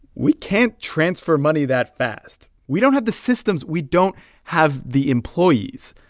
we can't transfer money that fast. we don't have the systems. we don't have the employees.